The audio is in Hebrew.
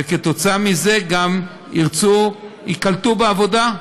וכבעקבות זאת גם ירצו, ייקלטו בעבודה.